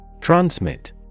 Transmit